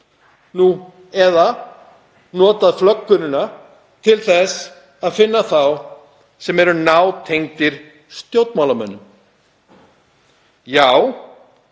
eða notað flöggunina til þess að finna þá sem eru nátengdir stjórnmálamönnum. Við